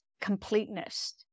completeness